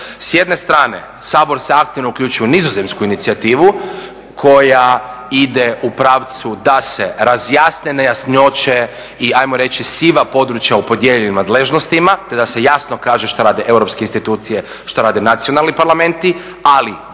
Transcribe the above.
S jedne strane Sabor se aktivno uključio u nizozemsku inicijativu koja ide u pravcu da se razjasne nejasnoće i ajmo reći siva područja u podijeljenim nadležnostima te da se jasno kaže šta radi europske institucije, šta rade nacionalni parlamenti ali bez